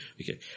Okay